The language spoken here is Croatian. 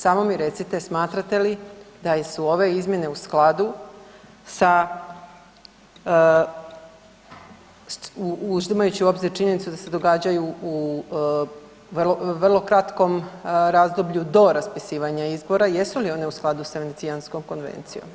Samo mi recite, smatrate li da su ove izmjene u skladu sa uzimajući u obzir činjenicu da se događaju u vrlo kratkom razdoblju do raspisivanja izbora jesu li one u skladu sa Venecijanskom konvencijom?